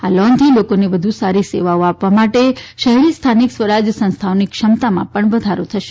આ લોનથી લોકોને વધુ સારી સેવાઓ આપવા માટે શહેરી સ્થાનિક સ્વરાજની સંસ્થાઓની ક્ષમતામાં પણ વધારો થશે